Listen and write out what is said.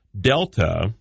Delta